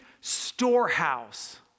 storehouse